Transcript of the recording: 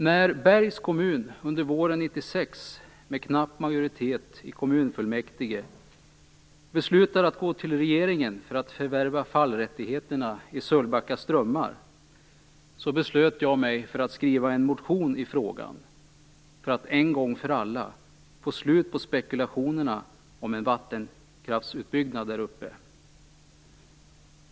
När Bergs kommun under våren 1996 med knapp majoritet i kommunfullmäktige beslutade att gå till regeringen för att förvärva fallrättigheterna i Sölvbacka strömmar, beslöt jag mig för att väcka en motion i frågan för att en gång för alla få slut på spekulationerna om en vattenkraftsutbyggnad där uppe.